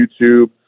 YouTube